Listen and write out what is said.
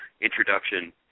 introduction